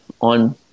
on